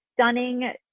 stunning